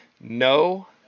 no